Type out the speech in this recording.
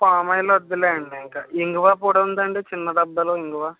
palm oil వద్దులేండి ఇంక ఇంగువ పొడి ఉందండి చిన్న డబ్బాలో ఇంగువ